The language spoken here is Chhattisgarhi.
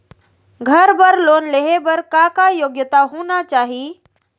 घर बर लोन लेहे बर का का योग्यता होना चाही?